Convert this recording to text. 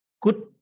good